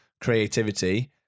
creativity